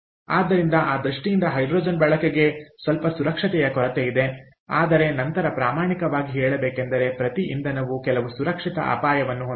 ಆದ್ದರಿಂದ ಆ ದೃಷ್ಟಿಯಿಂದ ಹೈಡ್ರೋಜನ್ ಬಳಕೆಗೆ ಸ್ವಲ್ಪ ಸುರಕ್ಷತೆಯ ಕೊರತೆಯಿದೆ ಆದರೆ ನಂತರ ಪ್ರಾಮಾಣಿಕವಾಗಿ ಹೇಳಬೇಕೆಂದರೆ ಪ್ರತಿ ಇಂಧನವು ಕೆಲವು ಸುರಕ್ಷತಾ ಅಪಾಯವನ್ನು ಹೊಂದಿರುತ್ತದೆ